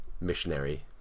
missionary